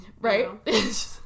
right